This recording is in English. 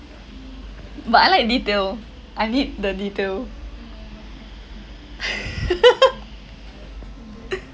but I like detail I need the detail